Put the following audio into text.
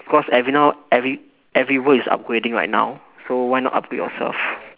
cause every now every everyone is upgrading right now so why not upgrade yourself